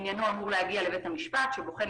עניינו אמור להגיע לבית המשפט שבוחן